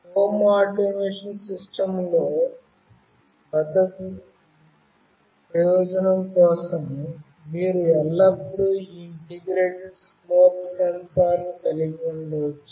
home automation సిస్టంలో భద్రతా ప్రయోజనం కోసం మీరు ఎల్లప్పుడూ ఈ ఇంటిగ్రేటెడ్ స్మోక్ సెన్సార్ కలిగి ఉండవచ్చు